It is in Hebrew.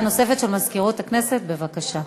בבקשה.